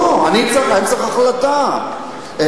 לא, אני צריך החלטה.